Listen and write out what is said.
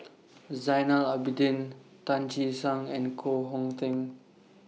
Zainal Abidin Tan Che Sang and Koh Hong Teng